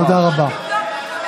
תודה רבה.